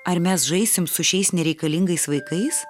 ar mes žaisim su šiais nereikalingais vaikais